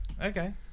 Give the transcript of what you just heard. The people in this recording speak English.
okay